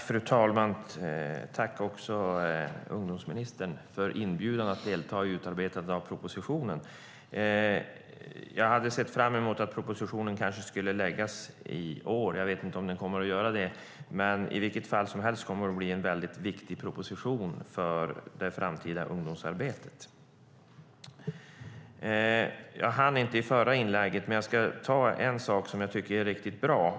Fru talman! Tack, ungdomsministern, för inbjudan att delta i utarbetandet av propositionen. Jag hade sett fram emot att propositionen skulle läggas fram i år. Jag vet inte om det blir så. Det kommer i alla fall att vara en viktig proposition för det framtida ungdomsarbetet. Jag vill ta upp en sak som är bra.